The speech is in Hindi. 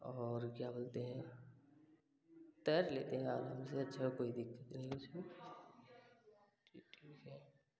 और क्या बोलते हैं तैर लेते हैं आराम से ऐसा कोई दिक्कत नहीं है